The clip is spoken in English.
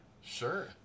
Sure